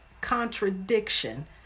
contradiction